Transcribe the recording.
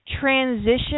transition